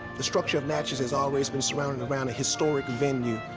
the structure of natchez has always been surrounded around a historic venue,